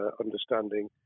understanding